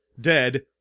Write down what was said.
dead